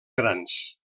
grans